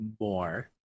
more